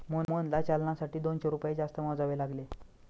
मोहनला चलनासाठी दोनशे रुपये जास्त मोजावे लागले